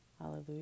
Hallelujah